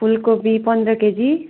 फुलकोपी पन्ध्र केजी